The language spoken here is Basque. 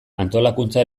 antolakuntza